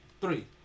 three